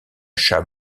chat